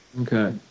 Okay